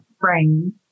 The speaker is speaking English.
brain